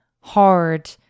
hard